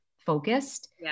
focused